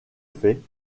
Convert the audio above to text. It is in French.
fait